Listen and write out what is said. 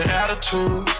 attitude